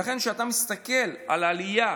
ולכן כשאתה מסתכל על העלייה